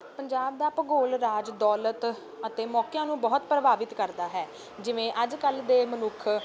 ਪੰਜਾਬ ਦਾ ਭੂਗੋਲ ਰਾਜ ਦੋਲਤ ਅਤੇ ਮੌਕਿਆਂ ਨੂੰ ਬਹੁਤ ਪ੍ਰਭਾਵਿਤ ਕਰਦਾ ਹੈ ਜਿਵੇਂ ਅੱਜ ਕੱਲ੍ਹ ਦੇ ਮਨੁੱਖ